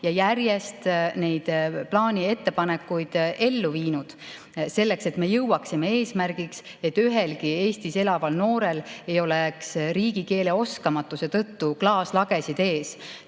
ja järjest neid plaani ettepanekuid ellu viinud, et me jõuaksime eesmärgini, et ühelgi Eestis elaval noorel ei oleks riigikeele oskamatuse tõttu klaaslagesid ees.